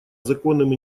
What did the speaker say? законным